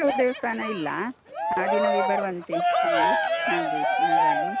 ದೇವಸ್ಥಾನ ಇಲ್ಲ ಆ ದಿನವೇ ಬರುವಂತೆ ನಿಮಗೆ ಆಗಬೇಕು ಹಾಗಾಗಿ